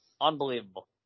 Unbelievable